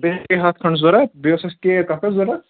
بٮ۪کری ہَتھ کھنٛڈ ضوٚرَتھ بیٚیہِ اوس اَسہِ کیک اکھ حظ ضوٚرَتھ